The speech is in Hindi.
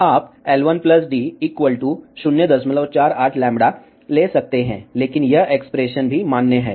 आप L1 d 048λ ले सकते हैं लेकिन यह एक्सप्रेशन भी मान्य है